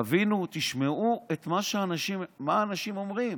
תבינו, תשמעו מה אנשים אומרים.